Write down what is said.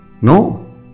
No